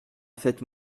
faites